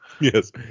Yes